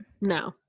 No